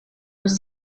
los